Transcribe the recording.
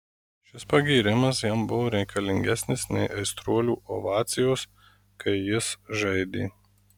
šis pagyrimas jam buvo reikalingesnis nei aistruolių ovacijos kai jis žaidė